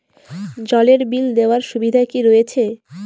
জলের বিল দেওয়ার সুবিধা কি রয়েছে?